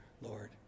Lord